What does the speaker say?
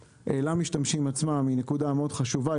למשתמשים עצמם היא נקודה מאוד חשובה.